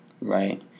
Right